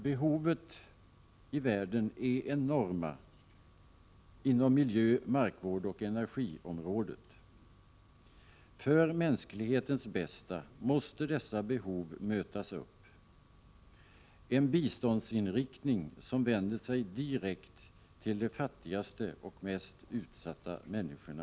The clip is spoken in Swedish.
Behoven i världen är enorma inom miljö-, markvårdsoch energiområdet. För mänsklighetens bästa måste dessa behov klaras, det krävs en biståndsinriktning som vänder sig direkt till de fattigaste och mest utsatta människorna.